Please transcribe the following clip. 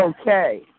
Okay